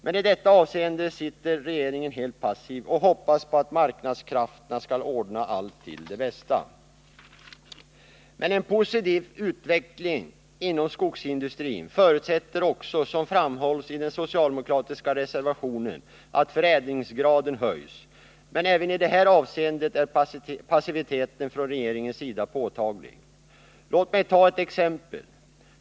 Men i detta avseende sitter regeringen helt passiv och hoppas på att marknadskrafterna skall ordna allt till det bästa. Men en positiv utveckling inom skogsindustrin förutsätter också som framhålls i den socialdemokratiska reservationen att förädlingsgraden höjs. Även i det här avseendet är passiviteten från regeringens sida påtaglig. Låt mig ta ett exempel!